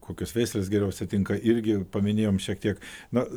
kokios veislės geriausiai tinka irgi paminėjom šiek tiek na